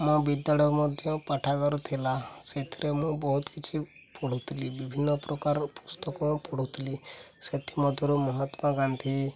ମୋ ବିଦ୍ୟାଳୟ ମଧ୍ୟ ପାଠାଗାର ଥିଲା ସେଥିରେ ମୁଁ ବହୁତ କିଛି ପଢ଼ୁଥିଲି ବିଭିନ୍ନ ପ୍ରକାର ପୁସ୍ତକ ମୁଁ ପଢ଼ୁଥିଲି ସେଥିମଧ୍ୟରୁ ମହାତ୍ମା ଗାନ୍ଧୀ